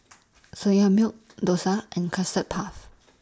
Soya Milk Dosa and Custard Puff